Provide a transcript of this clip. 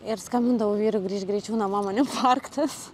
ir skambindavau vyrui grįšk greičiau namo man infarktas